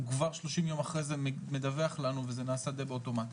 הוא כבר 30 יום אחרי זה מדווח לנו וזה נעשה באוטומט.